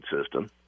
system